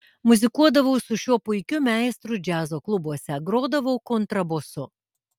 muzikuodavau su šiuo puikiu meistru džiazo klubuose grodavau kontrabosu